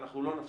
נכון,